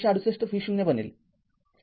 ३६८ v0 बनेल